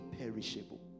imperishable